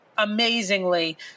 amazingly